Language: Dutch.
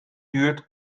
duurt